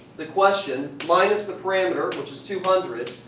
the question. minus the parameter which is two hundred,